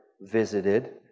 visited